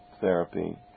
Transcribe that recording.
therapy